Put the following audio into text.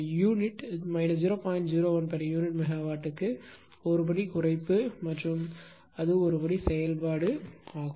01 pu MW க்கு ஒரு படி குறைப்பு மற்றும் அது ஒரு படி செயல்பாடு ஆகும்